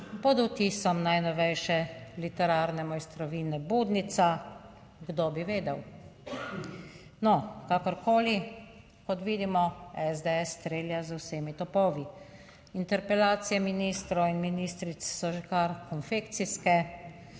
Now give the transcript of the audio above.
pod vtisom najnovejše literarne mojstrovine Budnica, kdo bi vedel? No, kakorkoli, kot vidimo, SDS strelja z vsemi topovi, interpelacije ministrov in ministric so že kar konfekcijske